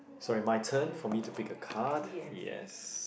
sorry my turn for me to pick a card yes